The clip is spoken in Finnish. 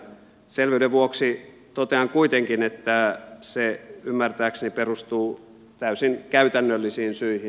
selvyyden vuoksi totean kuitenkin että se ymmärtääkseni perustuu täysin käytännöllisiin syihin